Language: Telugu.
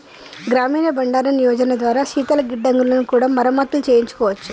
గ్రామీణ బండారన్ యోజన ద్వారా శీతల గిడ్డంగులను కూడా మరమత్తులు చేయించుకోవచ్చు